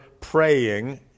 praying